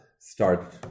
start